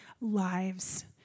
lives